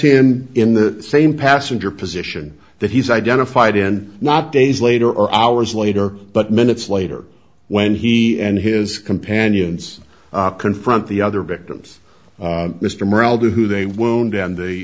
here in the same passenger position that he's identified in not days later or hours later but minutes later when he and his companions confront the other victims mr morel who they wound down the